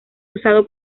usado